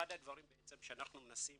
אחד הדברים שאנחנו מנסים